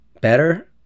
better